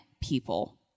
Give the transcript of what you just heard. people